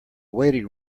waiting